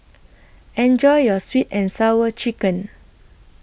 Enjoy your Sweet and Sour Chicken